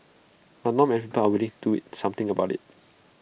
but not many people are willing to something about IT